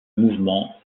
mouvement